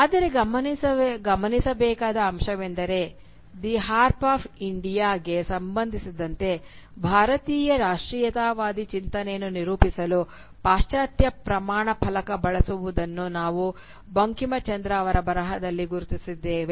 ಆದರೆ ಗಮನಿಸಬೇಕಾದ ಅಂಶವೆಂದರೆ ವಿಶೇಷವಾಗಿ "ದಿ ಹಾರ್ಪ್ ಆಫ್ ಇಂಡಿಯಾ" ಗೆ ಸಂಬಂಧಿಸಿದಂತೆ ಭಾರತೀಯ ರಾಷ್ಟ್ರೀಯತಾವಾದಿ ಚಿಂತನೆಯನ್ನು ನಿರೂಪಿಸಲು ಪಾಶ್ಚಾತ್ಯ ಪ್ರಮಾಣ ಫಲಕ ಬಳಸುವದನ್ನು ನಾವು ಬಂಕಿಂಚಂದ್ರ ಅವರ ಬರಹಗಳಲ್ಲಿ ಗುರುತಿಸಿದ್ದೇವೆ